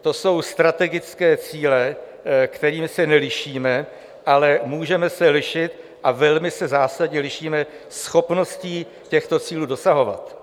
To jsou strategické cíle, kterými se nelišíme, ale můžeme se lišit a velmi se zásadně lišíme schopností těchto cílů dosahovat.